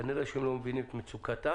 כנראה שהם לא מבינים את מצוקתה